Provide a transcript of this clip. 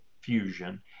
fusion